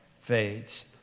fades